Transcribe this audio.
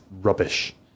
Rubbish